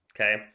Okay